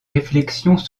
réflexions